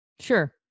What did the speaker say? Sure